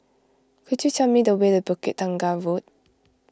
could you tell me the way to Bukit Tunggal Road